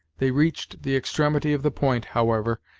they reached the extremity of the point, however,